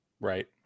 Right